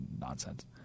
nonsense